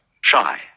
shy